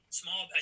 small